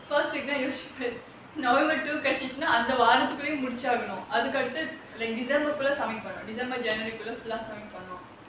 first week november அந்த வாரத்துலயே முடிச்சாகனும்:antha vaarathulayae mudichaaganum other like december குள்ள:kulla submit பண்ணனும்:pannanum december january குள்ள:kulla submit பண்ணனும்:pannanum